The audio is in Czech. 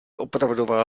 opravdová